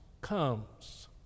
comes